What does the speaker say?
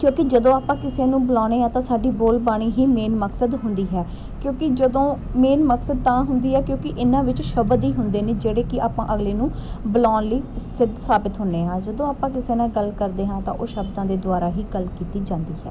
ਕਿਉਂਕਿ ਜਦੋਂ ਆਪਾਂ ਕਿਸੇ ਨੂੰ ਬੁਲਾਉਂਦੇ ਹਾਂ ਤਾਂ ਸਾਡੀ ਬੋਲ ਬਾਣੀ ਹੀ ਮੇਨ ਮਕਸਦ ਹੁੰਦੀ ਹੈ ਕਿਉਂਕਿ ਜਦੋਂ ਮੇਨ ਮਕਸਦ ਤਾਂ ਹੁੰਦੀ ਹੈ ਕਿਉਂਕਿ ਇਹਨਾਂ ਵਿੱਚ ਸ਼ਬਦ ਹੀ ਹੁੰਦੇ ਨੇ ਜਿਹੜੇ ਕਿ ਆਪਾਂ ਅਗਲੇ ਨੂੰ ਬੁਲਾਉਣ ਲਈ ਸਿਧ ਸਾਬਿਤ ਹੁੰਦੇ ਹਾਂ ਜਦੋਂ ਆਪਾਂ ਕਿਸੇ ਨਾਲ ਗੱਲ ਕਰਦੇ ਹਾਂ ਤਾਂ ਉਹ ਸ਼ਬਦਾਂ ਦੇ ਦੁਆਰਾ ਹੀ ਗੱਲ ਕੀਤੀ ਜਾਂਦੀ ਹੈ